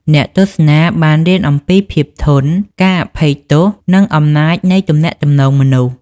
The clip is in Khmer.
អ្នកទស្សនាបានរៀនអំពីភាពធន់ ការអភ័យទោស និងអំណាចនៃទំនាក់ទំនងមនុស្ស។